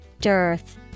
Dearth